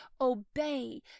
obey